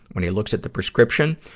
when he looks at the prescription,